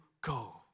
go